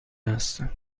هستم